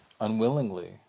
unwillingly